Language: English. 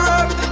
up